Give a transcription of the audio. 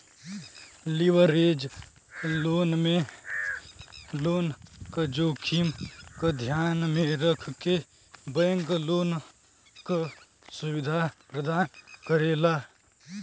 leverage loan में loan क जोखिम क ध्यान में रखके बैंक लोन क सुविधा प्रदान करेला